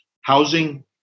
housing